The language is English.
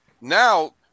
Now